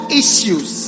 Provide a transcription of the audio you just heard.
issues